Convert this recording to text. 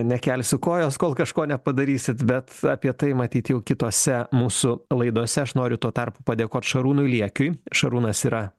nekelsiu kojos kol kažko nepadarysit bet apie tai matyt jau kitose mūsų laidose aš noriu tuo tarpu padėkot šarūnui liekiui šarūnas yra